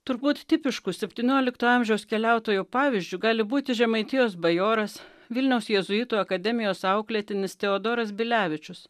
turbūt tipiškų septyniolikto amžiaus keliautojų pavyzdžiu gali būti žemaitijos bajoras vilniaus jėzuitų akademijos auklėtinis teodoras bilevičius